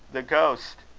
the ghost!